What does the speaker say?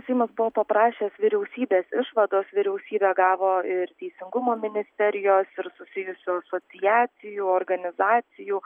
seimas buvo paprašęs vyriausybės išvados vyriausybė gavo ir teisingumo ministerijos ir susijusių asociacijų organizacijų